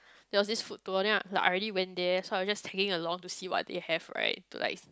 there was this food tour then I I already went there so I was just tagging along to see what they have right to like